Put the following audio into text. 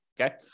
okay